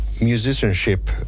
musicianship